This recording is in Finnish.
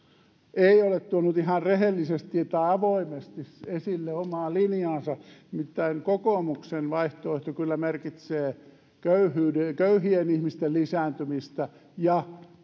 ei ole tuonut ihan rehellisesti tai avoimesti esille omaa linjaansa nimittäin kokoomuksen vaihtoehto kyllä merkitsee köyhien ihmisten lisääntymistä ja